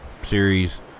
series